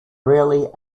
rarely